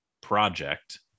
project